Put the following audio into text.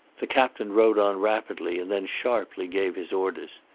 the captain rode on rapidly, and then sharply gave his orders.